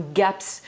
gaps